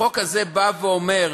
החוק הזה בא ואומר,